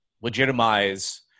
legitimize